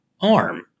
arm